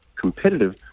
competitive